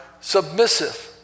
submissive